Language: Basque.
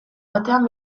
batean